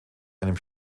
einem